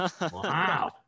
wow